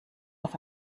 auf